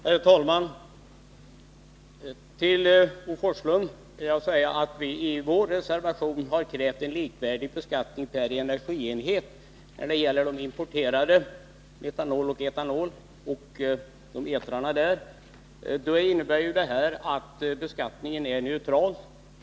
Herr talman! Till Bo Forslund vill jag säga att vi i vår reservation har krävt en likvärdig beskattning per energienhet när det gäller de importerade etrarna av etanol och metanol. Det innebär att beskattningen blir neutral.